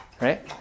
right